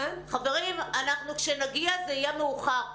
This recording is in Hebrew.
חברים, כשנגיע זה יהיה מאוחר.